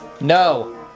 no